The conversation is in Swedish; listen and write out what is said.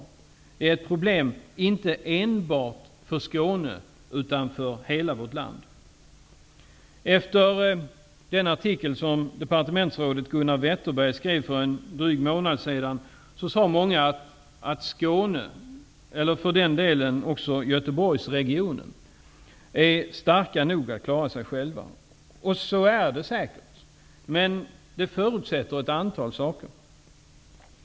Det är ett problem inte enbart för Skåne utan för hela vårt land. Wetterberg skrev för en dryg månad sedan sade många att Skåne och för den delen även Göteborgsregionen är starka nog att klara sig själva. Så är det säkert. Men det förutsätter ett antal saker.